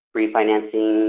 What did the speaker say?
refinancing